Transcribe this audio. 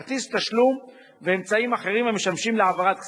כרטיס תשלום ואמצעים אחרים המשמשים להעברת כספים.